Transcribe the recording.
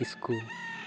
ᱠᱤᱥᱠᱩ